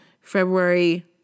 February